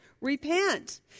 Repent